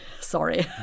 sorry